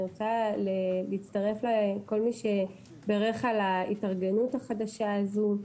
אני רוצה להצטרף לכל מי שבירך על ההתארגנות החדשה הזו.